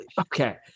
okay